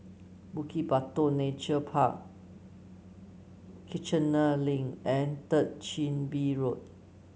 Bukit Batok Nature Park Kiichener Link and Third Chin Bee Road